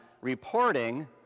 reporting